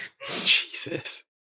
Jesus